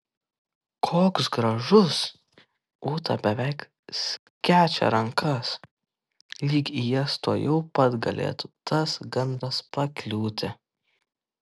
koks gražus ūta beveik skečia rankas lyg į jas tuojau pat galėtų tas gandras pakliūti